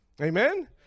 Amen